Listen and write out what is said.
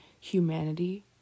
Humanity